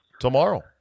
tomorrow